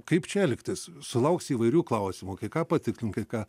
kaip čia elgtis sulauks įvairių klausimų kai ką patikslint kai ką